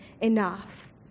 enough